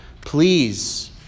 Please